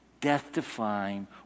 death-defying